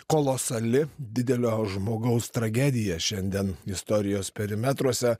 kolosali didelio žmogaus tragedija šiandien istorijos perimetruose